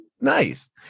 Nice